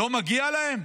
לא מגיע להם?